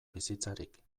bizitzarik